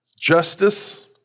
justice